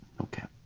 okay